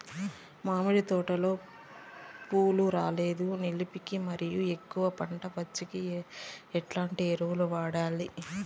మామిడి తోటలో పూలు రాలేదు నిలిపేకి మరియు ఎక్కువగా పంట వచ్చేకి ఎట్లాంటి ఎరువులు వాడాలి?